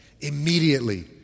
immediately